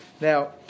Now